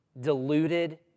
deluded